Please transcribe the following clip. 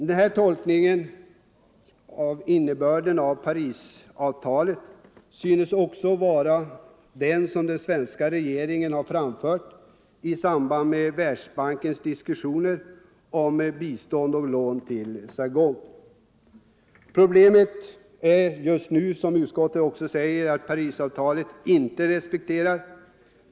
Denna tolkning av innebörden i Parisavtalet synes också vara den som den svenska regeringen har framfört i samband med Världsbankens diskussioner om bistånd och lån till Saigon. Problemet är, som även utskottet säger, att Parisavtalet inte respekteras.